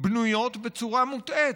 שבנויות בצורה מוטעית.